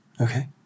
Okay